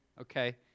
Okay